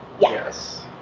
Yes